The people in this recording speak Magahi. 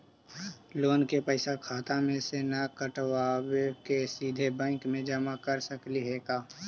लोन के पैसा खाता मे से न कटवा के सिधे बैंक में जमा कर सकली हे का?